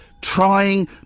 trying